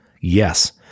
yes